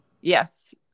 yes